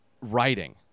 writing